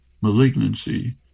malignancy